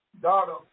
daughter